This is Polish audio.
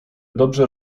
dobrze